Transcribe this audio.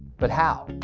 but how?